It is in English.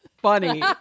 funny